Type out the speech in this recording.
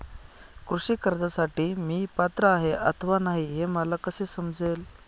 कृषी कर्जासाठी मी पात्र आहे अथवा नाही, हे मला कसे समजेल?